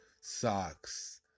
socks